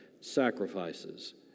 sacrifices